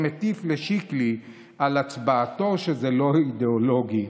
שמטיף לשיקלי על הצבעתו שזה לא אידיאולוגי.